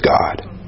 God